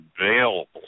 available